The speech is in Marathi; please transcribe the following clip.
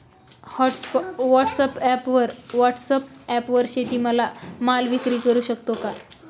व्हॉटसॲपवर शेती माल विक्री करु शकतो का?